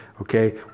okay